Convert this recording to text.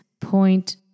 point